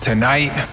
Tonight